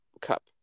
cup